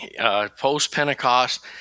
post-Pentecost